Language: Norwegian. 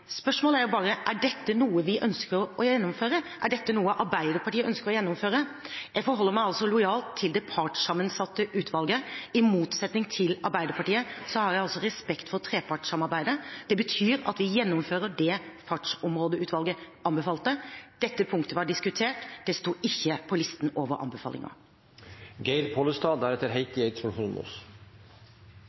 Spørsmålet er bare: Er dette noe vi ønsker å gjennomføre? Er dette noe Arbeiderpartiet ønsker å gjennomføre? Jeg forholder meg lojalt til det partssammensatte utvalget. I motsetning til Arbeiderpartiet har jeg respekt for trepartssamarbeidet. Det betyr at vi gjennomfører det Fartsområdeutvalget anbefalte. Dette punktet var diskutert, det sto ikke på listen over anbefalinger. Geir Pollestad